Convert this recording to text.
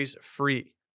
free